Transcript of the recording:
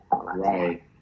Right